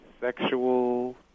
sexual